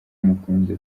mukunda